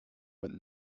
but